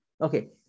Okay